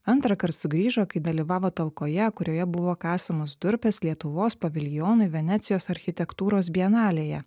antrąkart sugrįžo kai dalyvavo talkoje kurioje buvo kasamos durpės lietuvos paviljonui venecijos architektūros bienalėje